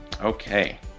okay